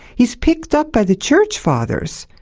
he's picked up by the church fathers,